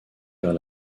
vers